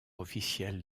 officiel